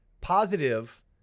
positive